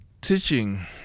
Teaching